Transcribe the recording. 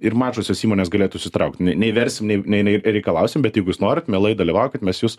ir mažosios įmonės galėtų įsitraukti ne nei verslinėj nei nei reikalausim bet jeigu jūs norit mielai dalyvaukit mes jus